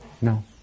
No